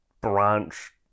branch